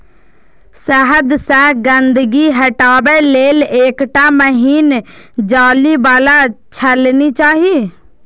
शहद सं गंदगी हटाबै लेल एकटा महीन जाली बला छलनी चाही